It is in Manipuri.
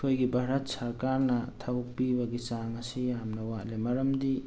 ꯑꯩꯈꯣꯏꯒꯤ ꯚꯥꯔꯠ ꯁꯔꯀꯥꯔꯅ ꯊꯕꯛ ꯄꯤꯕꯒꯤ ꯆꯥꯡ ꯑꯁꯤ ꯌꯥꯝꯅ ꯋꯥꯠꯂꯤ ꯃꯔꯝꯗꯤ